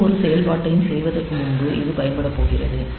எந்தவொரு செயல்பாட்டையும் செய்வதற்கு முன்பு இது பயன்பட போகிறது